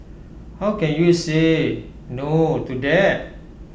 how can you say no to that